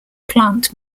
plant